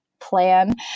plan